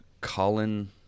Colin